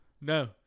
No